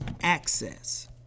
access